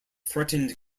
threatened